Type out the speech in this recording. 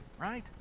right